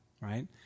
right